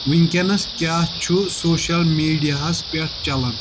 وٕنکیٚنَس کیاہ چھُ سوشَل میٖڈیاہس پیٹھ چَلان